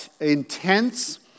intense